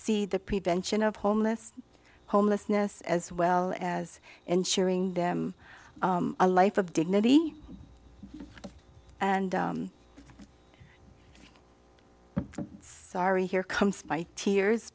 see the prevention of homeless homelessness as well as and sharing them a life of dignity and sorry here comes by tears